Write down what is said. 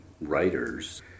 writers